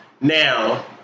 Now